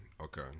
okay